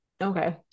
Okay